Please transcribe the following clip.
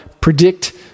predict